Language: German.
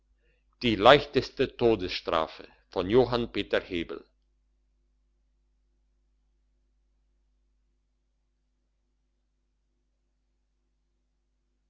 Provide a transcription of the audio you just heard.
die leichteste todesstrafe man